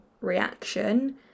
reaction